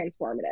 transformative